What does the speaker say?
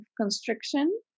constriction